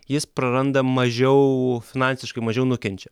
jis praranda mažiau finansiškai mažiau nukenčia